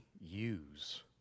use